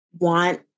want